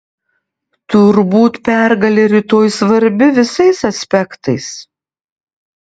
turbūt pergalė rytoj svarbi visais aspektais